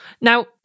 Now